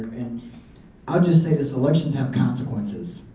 and i'll just say this elections have consequences.